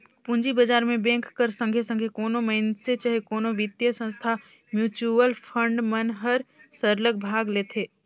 पूंजी बजार में बेंक कर संघे संघे कोनो मइनसे चहे कोनो बित्तीय संस्था, म्युचुअल फंड मन हर सरलग भाग लेथे